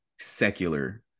secular